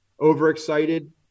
overexcited